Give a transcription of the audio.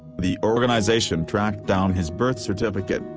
the organization tracked down his birth certificate,